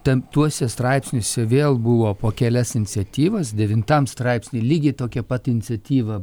ten tuose straipsniuose vėl buvo po kelias iniciatyvas devintam straipsny lygiai tokia pat iniciatyva